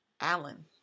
Alan